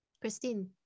Christine